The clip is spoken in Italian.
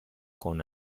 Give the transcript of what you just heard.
con